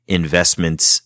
investments